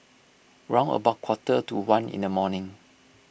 round about quarter to one in the morning